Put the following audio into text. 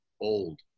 old